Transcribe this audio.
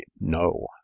no